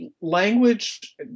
language